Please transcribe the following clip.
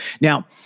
now